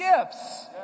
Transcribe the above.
gifts